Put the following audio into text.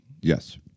Yes